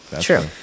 True